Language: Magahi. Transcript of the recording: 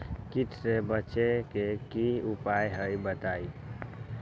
कीट से बचे के की उपाय हैं बताई?